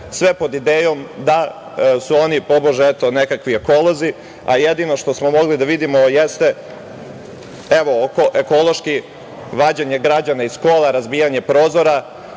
sve pod idejom da su oni, tobože, nekakvi ekolozi, a jedino što smo mogli da vidimo jeste ekološki vađenje građana iz kola, razbijanje prozora,